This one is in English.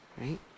right